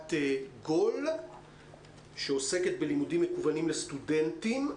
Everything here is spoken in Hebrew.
חברת גול שעוסקת בלימודים מכוונים לסטודנטים.